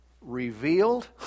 revealed